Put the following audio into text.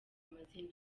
amazina